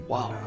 Wow